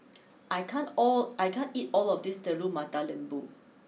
I can't all I can't eat all of this Telur Mata Lembu